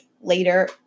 later